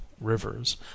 rivers